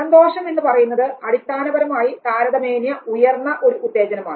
സന്തോഷം എന്നുപറയുന്നത് അടിസ്ഥാനപരമായി താരതമ്യേന ഉയർന്ന ഒരു ഉത്തേജനമാണ്